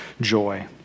joy